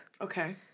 Okay